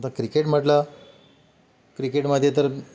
आता क्रिकेट म्हटलं क्रिकेटमध्ये तर